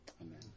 Amen